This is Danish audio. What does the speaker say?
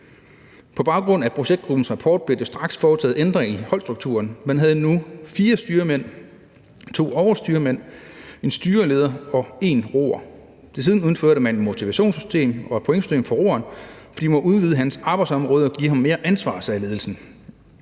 På baggrund af projektgruppens rapport blev der straks foretaget ændring i holdstrukturen. Man havde nu fire styrmænd, to overstyrmænd, en styreleder og en roer. Desuden indførte man et motivationssystem og et pointsystem for roeren, fordi man måtte udvide hans arbejdsområde og give ham mere ansvar, sagde ledelsen.